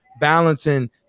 balancing